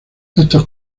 estos